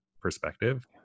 perspective